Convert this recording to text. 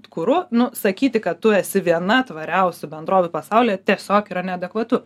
kuru nu sakyti kad tu esi viena tvariausių bendrovių pasaulyje tiesiog yra neadekvatu